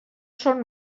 són